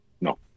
No